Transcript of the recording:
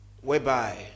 whereby